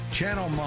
Channel